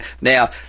Now